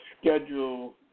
schedule